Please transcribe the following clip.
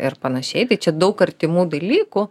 ir panašiai tai čia daug artimų dalykų